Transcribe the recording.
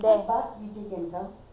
uh eighty eight I think